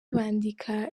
bandika